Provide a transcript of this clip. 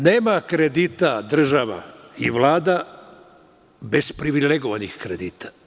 Nema kredita država i Vlada bez privilegovanih kredita.